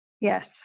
Yes